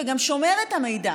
וגם שומרים את המידע